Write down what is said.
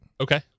Okay